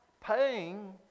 paying